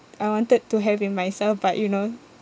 I wanted to have in myself but you know